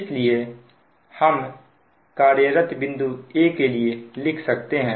इसलिए हम कार्यरत बिंदु a के लिए लिख सकते हैं